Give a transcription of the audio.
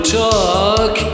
talk